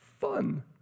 fun